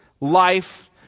life